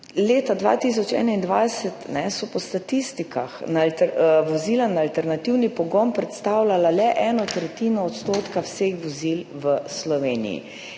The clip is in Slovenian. Leta 2021 so po statistikah vozila na alternativni pogon predstavljala le eno tretjino odstotka vseh vozil v Sloveniji